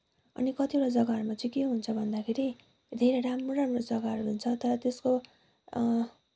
अनि कतिवटा जग्गाहरूमा चाहिँ के हुन्छ भन्दाखेरि धेरै राम्रो राम्रो जग्गाहरू हुन्छ तर त्यसको